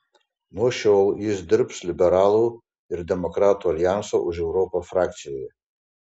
nuo šiol jis dirbs liberalų ir demokratų aljanso už europą frakcijoje